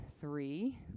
three